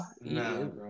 No